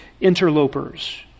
interlopers